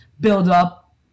buildup